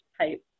type